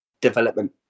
development